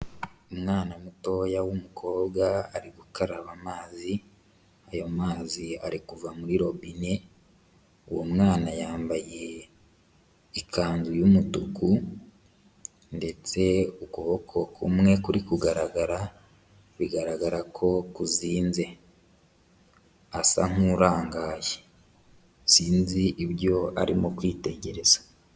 Umwana mutoya w'umukobwa ari gukaraba amazi, ayo mazi ari kuva muri robine, uwo mwana yambaye ikanzu y'umutuku, ndetse ukuboko kumwe kuri kugaragara, bigaragara ko kuzinze, asa nk'urangaye sinzi ibyo arimo kwitegereza.